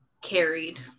carried